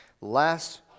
Last